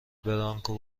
برانکو